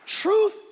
Truth